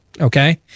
Okay